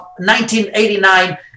1989